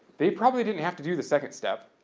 they probably didn't have to do the second step,